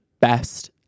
best